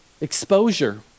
Exposure